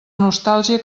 nostàlgia